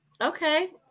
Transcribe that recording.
Okay